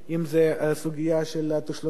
אם זה הסוגיה של התשלומים,